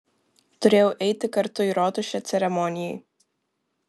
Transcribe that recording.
turėjau eiti kartu į rotušę ceremonijai